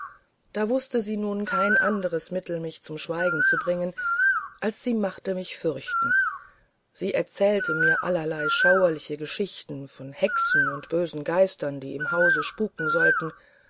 da wußte sie nun kein anderes mittel mich zum schweigen zu bringen als sie machte mich fürchten sie erzählte mir allerlei schauerliche geschichten von hexen und bösen geistern die im hause spuken sollten